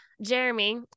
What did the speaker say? Jeremy